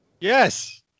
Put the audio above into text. Yes